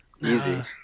Easy